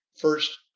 first